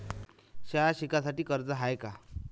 शाळा शिकासाठी कर्ज हाय का?